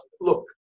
look